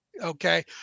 Okay